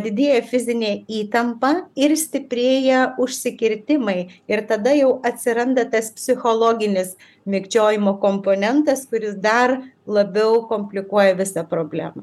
didėja fizinė įtampa ir stiprėja užsikirtimai ir tada jau atsiranda tas psichologinis mikčiojimo komponentas kuris dar labiau komplikuoja visą problemą